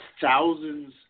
thousands